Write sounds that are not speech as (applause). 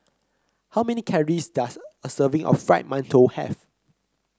how many calories does a serving of (noise) Fried Mantou have